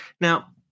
Now